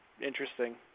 interesting